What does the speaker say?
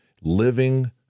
living